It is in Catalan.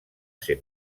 ser